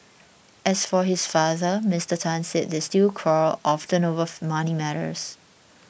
as for his father Mister Tan said they still quarrel often over money matters